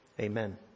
Amen